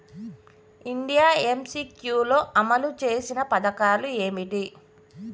India MCQ లో అమలు చేసిన పథకాలు ఏమిటి?